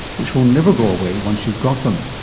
which will never go away once you've got them.